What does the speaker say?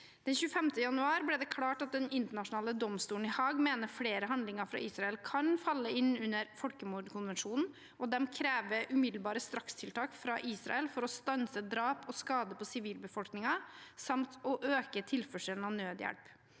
Den 25. januar ble det klart at Den internasjonale domstolen i Haag mener flere handlinger fra Israel kan falle inn under folkemordkonvensjonen, og de krever umiddelbare strakstiltak fra Israel for å stanse drap og skade på sivilbefolkningen samt å øke tilførselen av nødhjelp.